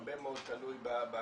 הרבה מאוד תלוי ביכולת,